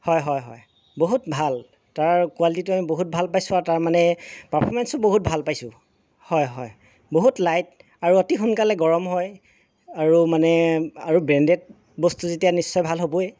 হয় হয় হয় বহুত ভাল তাৰ কুৱালিটিটো আমি বহুত ভাল পাইছো আৰু তাৰ মানে পাফমেঞ্চটো বহুত ভাল পাইছো হয় হয় বহুত লাইট আৰু অতি সোনকালে গৰম হয় আৰু মানে আৰু ব্ৰেণ্ডেড বস্তু যেতিয়া নিশ্চয় ভাল হ'বই